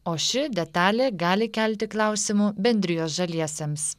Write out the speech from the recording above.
o ši detalė gali kelti klausimų bendrijos žaliesiems